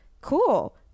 cool